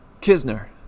Kisner